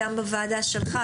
גם בוועדה שלך,